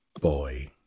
boy